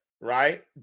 right